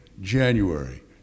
January